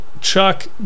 Chuck